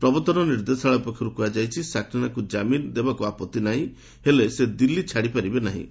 ପ୍ରବର୍ତ୍ତନ ନିର୍ଦ୍ଦେଶାଳୟ ପକ୍ଷରୁ କୁହାଯାଇଛି ସାକ୍ସେନାଙ୍କୁ ଜାମିନ୍ ଦେବାକୁ ଆପଭି ନାହିଁ ହେଲେ ସେ ଦିଲ୍ଲୀ ଛାଡ଼ିପାରିବେ ନାହିଁ